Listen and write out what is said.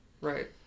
Right